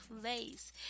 place